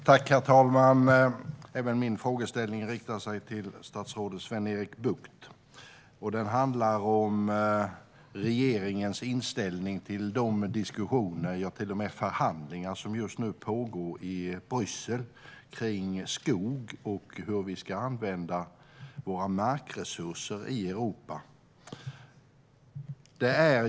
Herr talman! Även min fråga riktar sig till statsrådet Sven-Erik Bucht. Den handlar om regeringens inställning till de diskussioner, och till och med förhandlingar, som just nu pågår i Bryssel om skog och hur vi ska använda våra markresurser i Europa.